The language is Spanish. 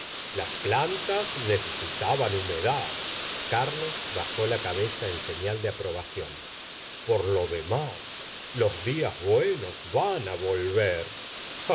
las plantas necesitaban humedad carlos bajó la cabeza en señal de aprobación por lo demás los días buenos van á volver